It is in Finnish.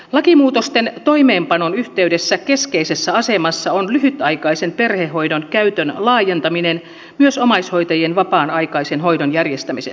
lakimuutosten toimeenpanon yhteydessä keskeisessä asemassa on lyhytaikaisen perhehoidon käytön laajentaminen myös omaishoitajien vapaan aikaisen hoidon järjestämisessä